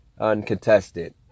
uncontested